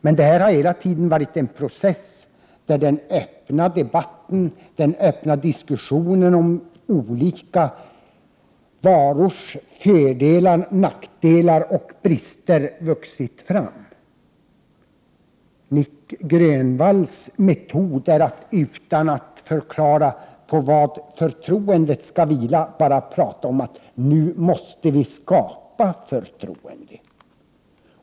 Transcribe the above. Men detta har hela tiden varit en process, där den öppna debatten och diskussionen om olika varors fördelar, nackdelar och brister vuxit fram. Nic Grönvalls metod är att, utan att förklara på vad förtroendet skall vila, bara tala om att nu måste vi skapa förtroende.